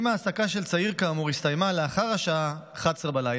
אם ההעסקה של צעיר כאמור הסתיימה לאחר השעה 23:00,